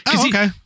okay